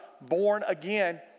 born-again